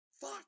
fuck